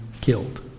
killed